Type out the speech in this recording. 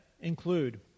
include